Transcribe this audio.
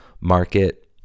market